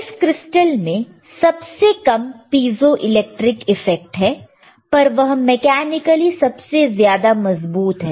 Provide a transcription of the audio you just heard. इस क्रिस्टल में सबसे कम पीजों इलेक्ट्रिक इफ़ेक्ट है पर वह मेकैनिकली सबसे ज्यादा मजबूत है